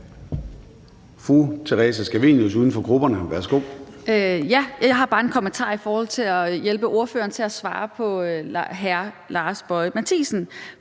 Jeg har bare en kommentar i forhold til at hjælpe ordføreren til at svare på hr. Lars Boje Mathiesens